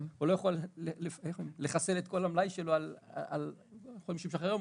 הוא לא יכול לחסל את כל המלאי שלו על אנשים שמשחררים.